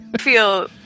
feel